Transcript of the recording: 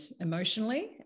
emotionally